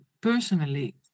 personally